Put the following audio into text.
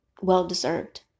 well-deserved